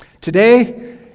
Today